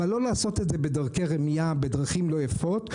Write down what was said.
אבל לא לעשות את זה בדרכי רמיה ובדרכים לא יפות,